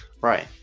Right